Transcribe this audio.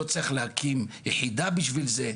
לא צריך להקים יחידה בשביל זה.